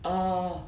uh